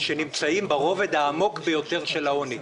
שנמצאים ברובד העמוק ביותר של העוני,